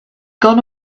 gone